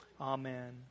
Amen